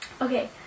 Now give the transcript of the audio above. Okay